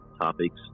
topics